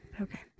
Okay